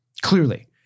Clearly